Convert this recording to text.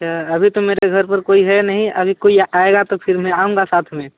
अभी तो मेरे घर पर कोई है नहीं अभी कोई आयेगा तो फिर मैं आऊँगा साथ में